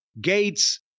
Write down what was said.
gates